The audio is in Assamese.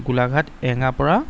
গোলাঘাট এঙাপাৰা